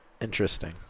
Interesting